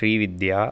Srividya